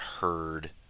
heard